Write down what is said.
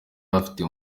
afite